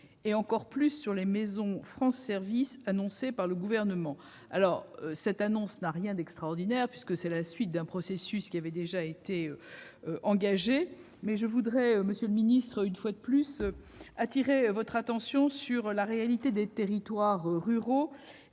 et encore plus sur les maisons France Services annoncées par le Gouvernement. Au reste, cette annonce n'a rien d'extraordinaire, puisque c'est la suite d'un processus déjà engagé. Cependant, monsieur le ministre, je veux, une fois de plus, appeler votre attention sur la réalité des territoires ruraux